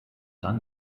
dann